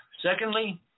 Secondly